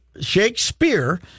Shakespeare